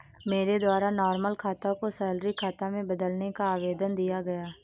मेरे द्वारा नॉर्मल खाता को सैलरी खाता में बदलने का आवेदन दिया गया